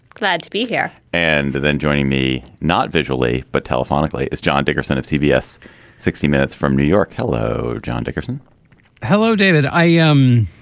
glad to be here. and then joining me not visually but telephonically is john dickerson of cbs sixty minutes from new york. hello. john dickerson hello david i am.